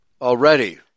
already